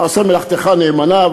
אתה עושה מלאכתך נאמנה,